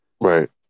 Right